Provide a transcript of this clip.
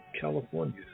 California